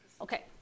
Okay